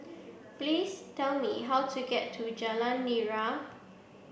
please tell me how to get to Jalan Nira